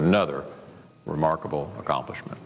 another remarkable accomplishment